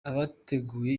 abateguye